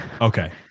Okay